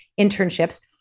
internships